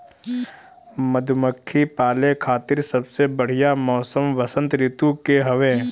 मधुमक्खी पाले खातिर सबसे बढ़िया मौसम वसंत ऋतू के हवे